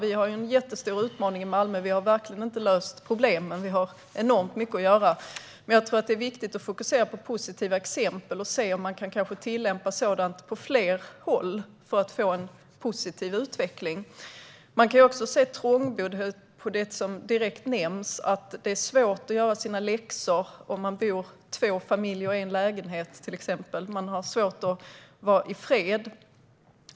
I Malmö har vi en jättestor utmaning. Vi har verkligen inte löst problemen utan har enormt mycket att göra. Men jag tror att det är viktigt att fokusera på positiva exempel och se om man kanske kan tillämpa sådant på fler håll, för att få en positiv utveckling. Trångboddhet, som nämndes, innebär också att det blir svårt att göra läxor. Om det till exempel bor två familjer i en lägenhet kan det vara svårt att få vara i fred.